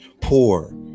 poor